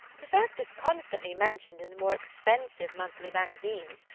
the fact is constantly mentioned in the more expensive monthly magazines,